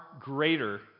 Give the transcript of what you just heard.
greater